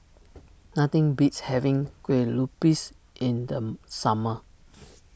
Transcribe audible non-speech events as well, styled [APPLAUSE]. [NOISE] nothing beats having Kue Lupis in the summer [NOISE]